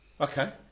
Okay